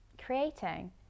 creating